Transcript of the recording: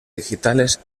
digitales